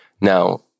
Now